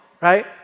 right